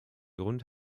grund